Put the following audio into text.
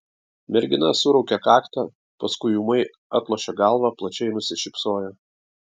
mergina suraukė kaktą paskui ūmai atlošė galvą plačiai nusišypsojo